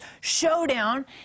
showdown